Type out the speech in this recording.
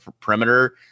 perimeter